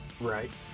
Right